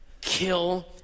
kill